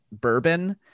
bourbon